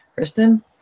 Kristen